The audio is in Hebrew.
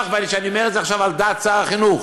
ואני אומר את זה עכשיו על דעת שר החינוך,